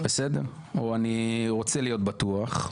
או רוצה להיות בטוח,